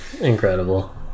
Incredible